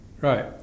Right